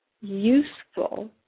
useful